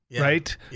right